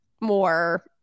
more